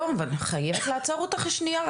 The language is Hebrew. לא אני חייבת לעצור אותך רק לשנייה,